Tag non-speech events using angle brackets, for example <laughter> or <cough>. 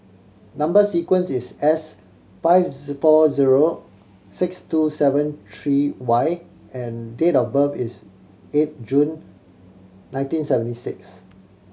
number sequence is S five <unintelligible> four zero six two seven three Y and date of birth is eight June nineteen seventy six